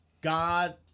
God